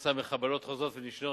כתוצאה מחבלות חוזרות ונשנות,